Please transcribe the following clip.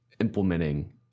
implementing